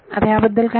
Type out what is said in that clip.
आता या बद्दल काय